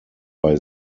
bei